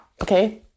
okay